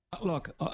Look